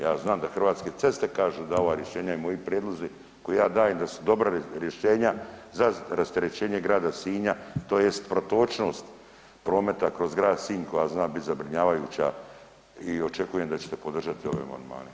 Ja znam da Hrvatske ceste kažu da ova rješenja i moji prijedlozi koje ja dajem da su dobra rješenja za rasterećenje grada Sinja tj. protočnost prometa kroz grad Sinj koja zna bit zabrinjavajuća i očekujem da ćete podržati ove amandmane.